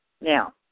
Now